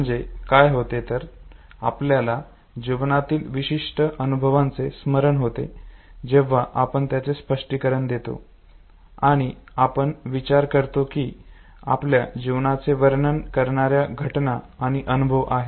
म्हणजे काय होते तर जेव्हा आपल्याला जीवनातील विशिष्ट अनुभवांचे स्मरण होते जेव्हा आपण त्यांचे स्पष्टीकरण देतो आणि आपण विचार करतो की या आपल्या जीवनाचे वर्णन करणाऱ्या घटना आणि अनुभव आहेत